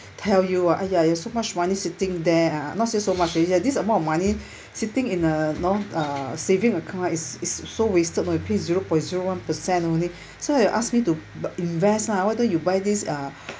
tell you ah !aiya! so much money sitting there ah not say so much they said this amount of money sitting in a know uh saving account it's it's so wasted know pay zero point zero one percent only so they ask me to invest lah why don't you buy this uh